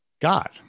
God